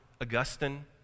Augustine